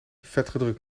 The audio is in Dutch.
vetgedrukt